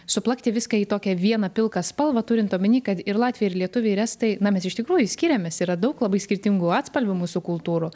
suplakti viską į tokią vieną pilką spalvą turint omeny kad ir latviai ir lietuviai ir estai na mes iš tikrųjų skiriamės yra daug labai skirtingų atspalvių mūsų kultūrų